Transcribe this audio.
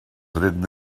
written